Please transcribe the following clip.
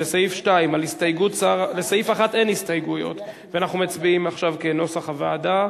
לסעיף 2. לסעיף 1 אין הסתייגויות ואנחנו מצביעים עכשיו כנוסח הוועדה.